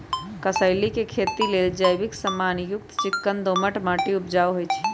कसेलि के खेती लेल जैविक समान युक्त चिक्कन दोमट माटी उपजाऊ होइ छइ